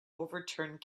overturned